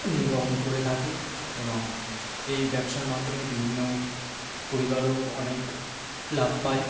নির্বাহ করে থাকে এবং এই ব্যবসার মাধ্যমে বিভিন্ন পরিবারও অনেক লাভ পায়